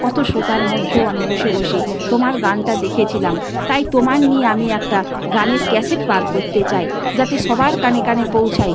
অতো শ্রোতার মধ্যেও আমি বসে বসে তোমার গানটা দেখেছিলাম তাই তোমার নিয়ে আমি একটা গানের ক্যাসেট বার করতে চাই যাতে সবার কানে কানে পৌঁছায়